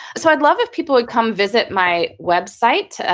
so i'd love if people would come visit my website,